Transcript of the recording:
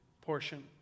portion